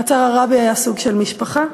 חצר הרבי הייתה סוג של משפחה,